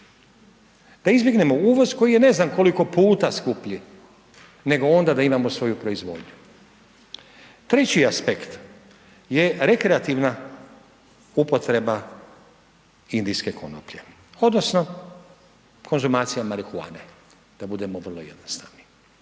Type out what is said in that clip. Da izbjegnemo uvoz, koji je ne znam koliko puta skuplji, nego onda da imamo svoju proizvodnju. Treći aspekt je rekreativna upotreba indijske konoplje, odnosno, konzumacija marihuane, da budemo vrlo jednostavni.